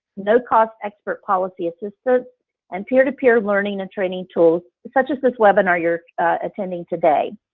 no cost expert policy assistance and peer to peer learning and training tools such as this webinar you're attending today.